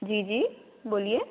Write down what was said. जी जी बोलिए